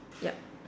yup